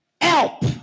help